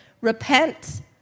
Repent